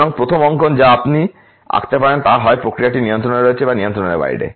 সুতরাং প্রথম অঙ্কন যা আপনি আঁকতে পারেন তা হয় প্রক্রিয়াটি নিয়ন্ত্রণে রয়েছে বা নিয়ন্ত্রণের বাইরে